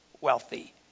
wealthy